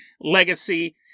legacy